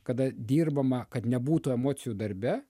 kada dirbama kad nebūtų emocijų darbe